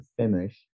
finish